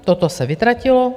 Toto se vytratilo.